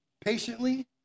patiently